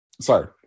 sorry